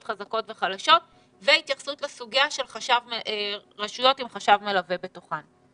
חזקות וחלשות והתייחסות לסוגיה של רשויות עם חשב מלווה בתוכן.